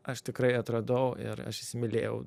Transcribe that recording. aš tikrai atradau ir aš įsimylėjau